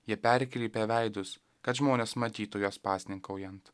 jie perkreipia veidus kad žmonės matytų juos pasninkaujant